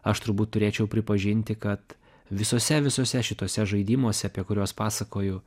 aš turbūt turėčiau pripažinti kad visuose visuose šituose žaidimuose apie kuriuos pasakoju